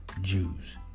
Jews